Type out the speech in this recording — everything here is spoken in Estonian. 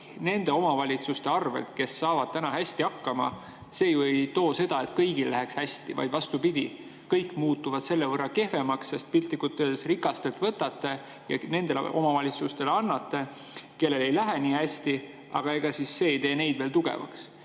nende omavalitsuste arvelt, kes saavad hästi hakkama – see ju ei too kaasa seda, et kõigil läheb hästi. Vastupidi, kõik muutuvad selle võrra kehvemaks, sest piltlikult öeldes te rikastelt võtate ja annate nendele omavalitsustele, kellel ei lähe nii hästi, aga ega see ei tee neid veel tugevaks.